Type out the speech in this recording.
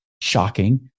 shocking